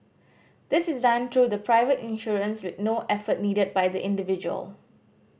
this is done through the private insurers with no effort needed by the individual